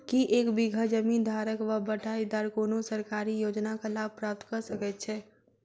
की एक बीघा जमीन धारक वा बटाईदार कोनों सरकारी योजनाक लाभ प्राप्त कऽ सकैत छैक?